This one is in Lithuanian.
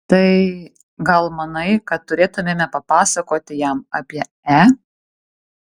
tai gal manai kad turėtumėme papasakoti jam apie e